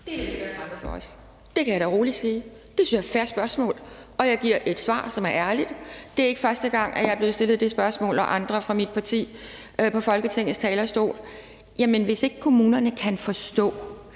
Det kan jeg da roligt sige. Det synes jeg er et fair spørgsmål, og jeg giver et svar, som er ærligt. Det er ikke første gang, at jeg og andre fra mit parti er blevet stillet det spørgsmål på Folketingets talerstol. Hvis ikke kommunerne kan forstå,